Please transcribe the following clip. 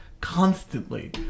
constantly